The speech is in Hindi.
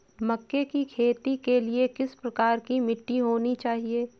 मक्के की खेती के लिए किस प्रकार की मिट्टी होनी चाहिए?